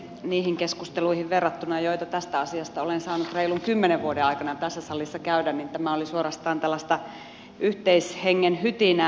niihin keskusteluihin verrattuna joita tästä asiasta olen saanut reilun kymmenen vuoden aikana tässä salissa käydä tämä oli suorastaan tällaista yhteishengen hytinää